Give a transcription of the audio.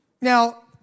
Now